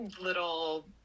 little